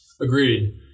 Agreed